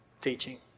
teaching